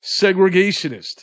Segregationist